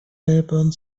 melbourne